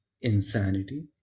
insanity